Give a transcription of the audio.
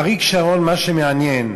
אריק שרון, מה שמעניין,